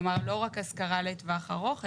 לא רק השכרה לטווח ארוך,